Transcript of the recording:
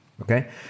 okay